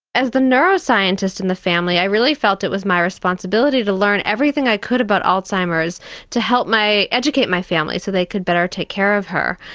as the neuroscientist in the family i really felt it was my responsibility to learn everything i could about alzheimer's to help educate my family so they could better take care of her.